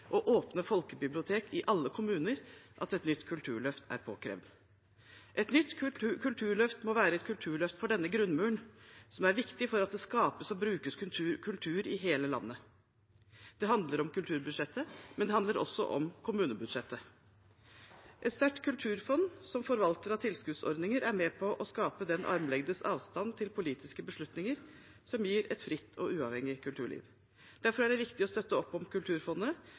åpne folkebibliotek i alle kommuner – at et nytt kulturløft er påkrevd. Et nytt kulturløft må være et kulturløft for denne grunnmuren, som er viktig for at det skapes og brukes kultur i hele landet. Det handler om kulturbudsjettet, men det handler også om kommunebudsjettet. Et sterkt kulturfond som forvalter av tilskuddsordninger er med på å skape den armlengdes avstand til politiske beslutninger som gir et fritt og uavhengig kulturliv. Derfor er det viktig å støtte opp om Kulturfondet